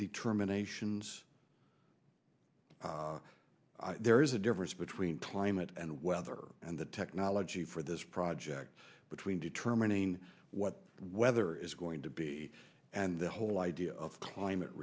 determinations there is a difference between climate and weather and the technology for this project between determining what weather is going to be and the whole idea of climate